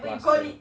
plaster